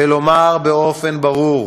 ולומר באופן ברור: